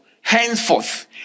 henceforth